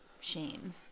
shame